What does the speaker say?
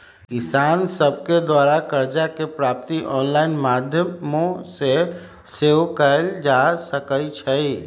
किसान सभके द्वारा करजा के प्राप्ति ऑनलाइन माध्यमो से सेहो कएल जा सकइ छै